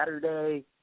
Saturday